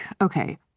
okay